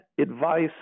advice